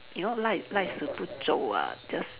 you know 赖赖死不走啊：lai lai si bu zou a just